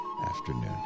afternoon